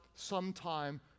sometime